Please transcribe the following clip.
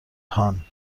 هان